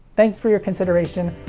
thanks for your consideration,